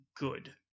good